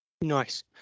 Nice